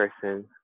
person